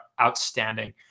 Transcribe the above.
outstanding